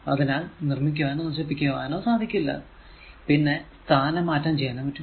അതിനാൽ നിർമിക്കുവാനോ നശിപ്പിക്കുവാനോ സാധിക്കില്ല പിന്നെ സ്ഥാന മാറ്റം ചെയ്യാനേ പറ്റൂ